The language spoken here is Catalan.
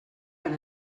han